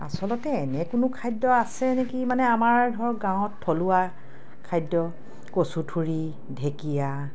আচলতে এনে কোনো খাদ্য আছে নেকি মানে আমাৰ ধৰক গাঁৱত থলুৱা খাদ্য কচুথুৰি ঢেকীয়া